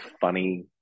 funny